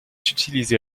utilisée